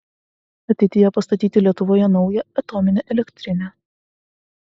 ateityje pastatyti lietuvoje naują atominę elektrinę